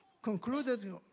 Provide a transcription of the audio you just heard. Concluded